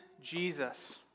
Jesus